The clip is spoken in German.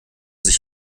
sich